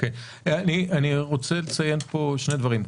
אני רוצה לציין פה שני דברים.